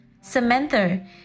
Samantha